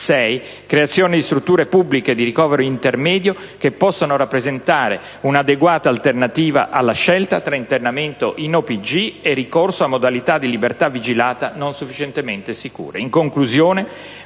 creazione di strutture pubbliche di ricovero intermedio, che possano rappresentare una adeguata alternativa alla scelta tra internamento in OPG e ricorso a modalità di libertà vigilata non sufficientemente sicure.